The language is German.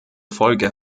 folge